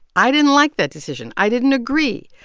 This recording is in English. i didn't like that decision. i didn't agree.